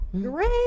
great